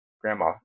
grandma